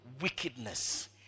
Wickedness